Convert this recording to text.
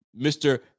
Mr